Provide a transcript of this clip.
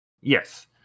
yes